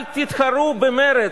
אל תתחרו במרצ.